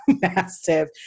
massive